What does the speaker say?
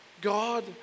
God